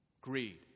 Greed